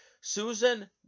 Susan